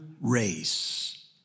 race